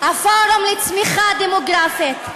הפורום לצמיחה דמוגרפית,